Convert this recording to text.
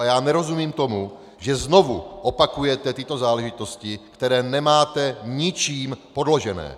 A já nerozumím tomu, že znovu opakujete tyto záležitosti, které nemáte ničím podložené!